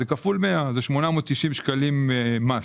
זה כפול 100. זה 890 שקלים מס.